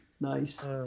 Nice